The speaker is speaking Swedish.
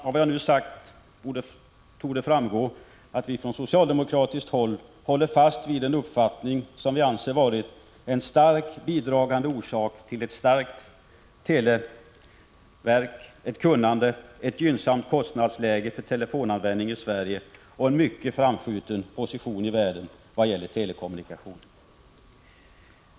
Av vad jag nu sagt torde framgå att vi från socialdemokratiskt håll står fast vid en uppfattning som vi anser ha varit en starkt bidragande orsak till ett omfattande teletekniskt kunnande, ett gynnsamt kostnadsläge för telefonanvändning i Sverige och en mycket framstående position i världen vad gäller telekommunikation.